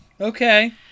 Okay